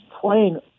playing